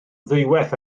ddwywaith